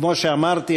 כמו שאמרתי,